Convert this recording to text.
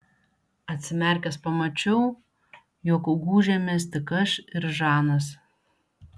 atsimerkęs pamačiau jog gūžėmės tik aš ir žanas